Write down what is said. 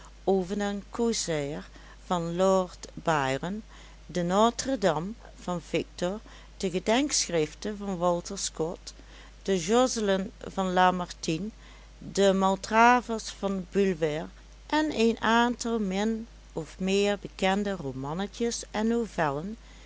den corsair van lord byron de notre dame van victor de gedenkschriften van walter scott den jocelyn van lamartine den maltravers van bulwer en een aantal min of meer bekende romannetjes en